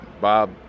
Bob